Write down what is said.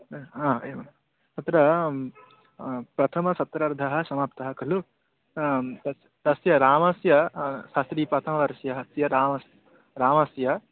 हा एवं तत्र प्रथमसत्रार्धः समाप्तः खलु आं तस्य तस्य रामस्य शास्त्रीप्रथमवर्षीयः अस्ति रामः रामस्य